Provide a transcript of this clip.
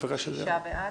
6 נגד,